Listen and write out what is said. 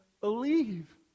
believe